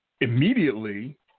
Immediately